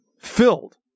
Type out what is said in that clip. Filled